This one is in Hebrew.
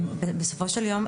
בסופו של יום,